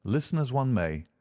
listen as one may,